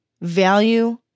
value